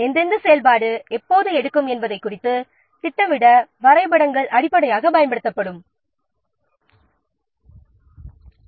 எந்தெந்த செயல்பாடுகள் எப்போது நடைபெறும் என்பதைத் அறிந்துகொள்ள வரைபடங்களை அடிப்படையாக பயன்படுத்துகின்றனர்